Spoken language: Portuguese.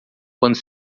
quando